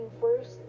first